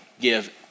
give